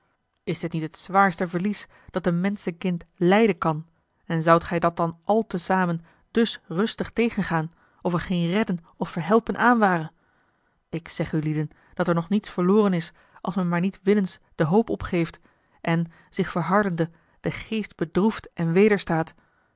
is dit niet het zwaarste verlies dat een menschenkind lijden kan en zoudt gij dat dan al te zamen dus rustig tegengaan of er geen redden of verhelpen aan ware ik zeg ulieden dat er nog niets verloren is als men maar niet willens de hoop opgeeft en zich verhardende den geest bedroeft en wederstaat